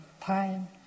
time